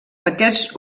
aquests